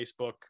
Facebook